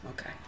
Okay